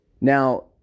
Now